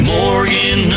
Morgan